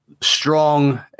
strong